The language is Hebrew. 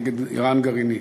נגד איראן גרעינית.